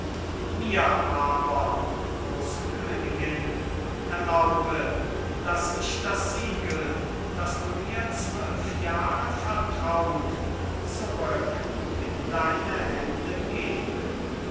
mir aber große königin erlaube daß ich das siegel das du mir zwölf jahre vertraut zurück in deine hände gebe